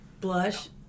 Blush